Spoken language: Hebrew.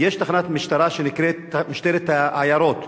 יש תחנת משטרה שנקראת "משטרת העיירות",